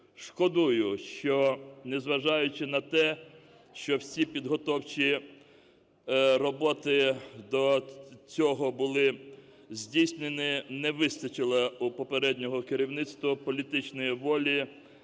Шкодую, що незважаючи на те, що всі підготовчі роботи до цього були здійснені, не вистачило у попереднього керівництва політичної волі